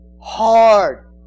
hard